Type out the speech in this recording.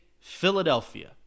Philadelphia